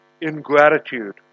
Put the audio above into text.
ingratitude